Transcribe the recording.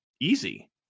easy